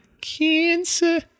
cancer